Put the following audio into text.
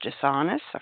dishonest